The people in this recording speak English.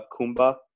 Kumba